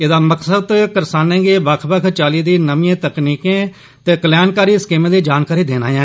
एह्दा मकसद करसाने गी बक्ख बक्ख चाली दिए नमिए तकनीके ते कल्याणकारी स्कीमें दी जानकारी देना ऐ